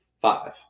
Five